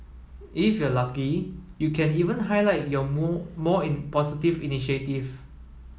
if you are lucky you can even highlight your more more initiative